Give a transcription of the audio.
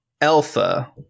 alpha